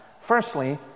Firstly